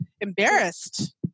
embarrassed